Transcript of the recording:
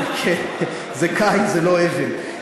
כן, זה קין, זה לא הבל.